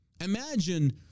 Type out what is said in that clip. Imagine